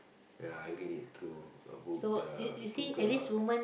ya I read it through a book ya Google lah